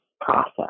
process